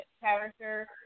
character